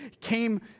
came